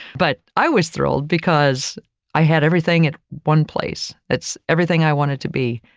but i was thrilled because i had everything in one place. it's everything i wanted to be.